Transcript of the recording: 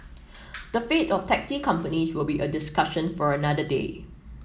the fate of taxi companies will be a discussion for another day